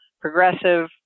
progressive